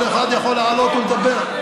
כל אחד יכול לעלות ולדבר.